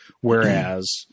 Whereas